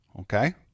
Okay